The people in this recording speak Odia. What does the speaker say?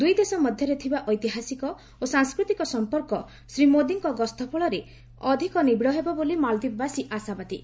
ଦୁଇଦେଶ ମଧ୍ୟରେ ଥିବା ଐତିହାସିକ ଓ ସାଂସ୍କୃତିକ ସମ୍ପର୍କ ଶ୍ରୀ ମୋଦିଙ୍କ ଗସ୍ତ ଫଳରେ ଅଧିକ ନିବିଡ ହେବ ବୋଲି ମାଳଦ୍ୱୀପ ବାସୀ ଆଶାବାଦୀ